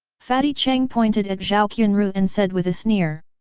fatty cheng pointed at zhao qianru and said with a sneer.